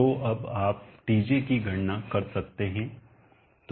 तो अब आप Tj की गणना कर सकते हैं